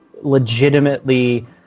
legitimately